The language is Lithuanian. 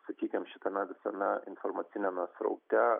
sakykim šitame visame informaciniame sraute